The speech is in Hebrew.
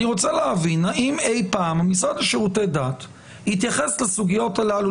אני רוצה להבין: האם אי פעם המשרד לשירותי הדת התייחס לסוגיות הללו,